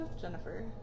jennifer